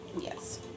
Yes